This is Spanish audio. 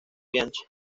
bianchi